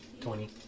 Twenty